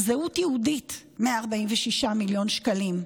זהות יהודית, 146 מיליון שקלים,